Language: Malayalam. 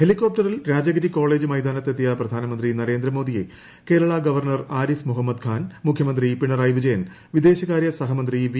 ഹെലികോപ്റ്ററിൽ രാജഗിരി കോളേജ് മൈത്യാന്ത്ത് എത്തിയ പ്രധാനമന്ത്രി നരേന്ദ്ര മോദിയെ കേരള ഗവർണർ ആരിഫ് മുഹമ്മദ് ഖാൻ മുഖ്യമന്ത്രി പിണറായി വിജയൻ ട്ട്വിദേശകാര്യ സഹമന്ത്രി വി